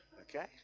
Okay